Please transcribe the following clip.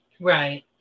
Right